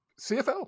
CFL